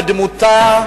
בדמותה,